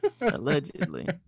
Allegedly